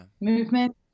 movement